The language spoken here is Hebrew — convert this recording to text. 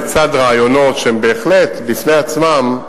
לצד רעיונות שבהחלט עומדים בפני עצמם,